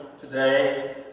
today